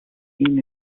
seen